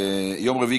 יום רביעי,